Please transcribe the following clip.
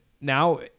Now